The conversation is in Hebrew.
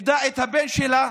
את הבן שלה,